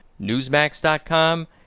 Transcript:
newsmax.com